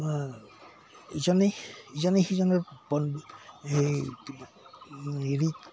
ইজনে ইজনে সিজনৰ এই হেৰি